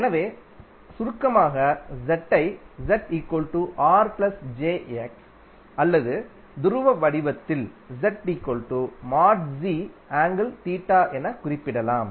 எனவே சுருக்கமாக Z ஐ அல்லது துருவ வடிவத்தில் என குறிப்பிடலாம்